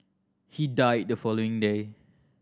he died the following day